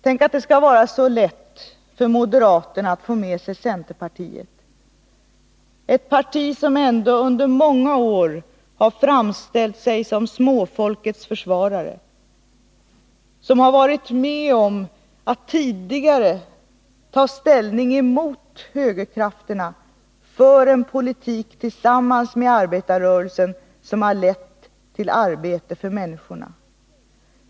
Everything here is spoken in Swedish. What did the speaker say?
Tänk att det skall vara så lätt för moderaterna att få med sig centerpartiet — ett parti som ändå under många år har framställt sig som småfolkets försvarare, som har varit med om att tidigare ta ställning emot högerkrafterna, för en politik tillsammans med arbetarrörelsen, som har lett till arbete åt människorna.